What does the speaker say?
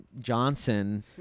Johnson